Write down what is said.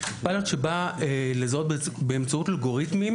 פיילוט שבא לזהות באמצעות אלגוריתמים,